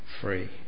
free